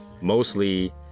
mostly